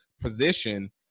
position